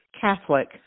Catholic